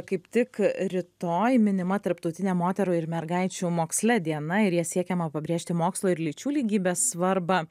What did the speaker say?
kaip tik rytoj minima tarptautinė moterų ir mergaičių moksle diena ir ja siekiama pabrėžti mokslo ir lyčių lygybės svarbą